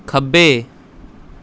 ਖੱਬੇ